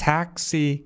Taxi